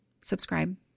subscribe